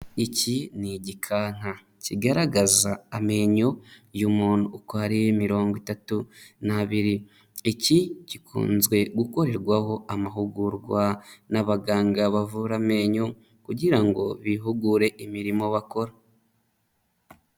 Iki ni igikanka, kigaragaza amenyo y'umuntu uko ari mirongo itatu n'abiri, iki gikunze gukorerwaho amahugurwa n'abaganga bavura amenyo, kugira ngo bihugure imirimo bakora.